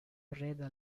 preda